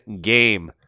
game